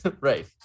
Right